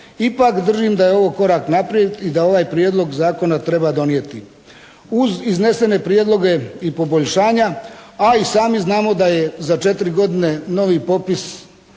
Ipak držim da je ovo korak naprijed i da ovaj prijedlog zakona treba donijeti uz iznesene prijedloge i poboljšanja. A i sami znamo da je za 4 godine novi popis